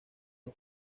los